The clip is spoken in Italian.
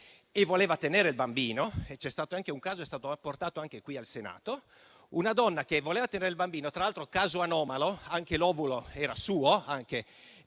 e voleva tenere il bambino. C'è stato un caso, portato anche qui in Senato, di una donna che voleva tenere il bambino. Tra l'altro, caso anomalo, anche l'ovulo era suo,